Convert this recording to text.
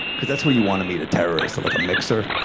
because that's where you want to meet a terrorist, at like a mixer.